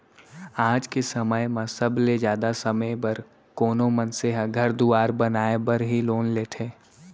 आज के समय म सबले जादा समे बर कोनो मनसे ह घर दुवार बनाय बर ही लोन लेथें